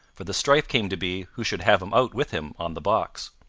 for the strife came to be who should have him out with him on the box.